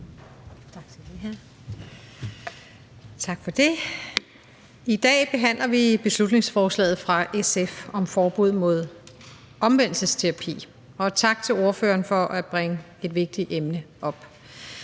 Tak for det. I dag behandler vi beslutningsforslaget fra SF om forbud mod omvendelsesterapi, og tak til ordføreren for at bringe et vigtigt emne op.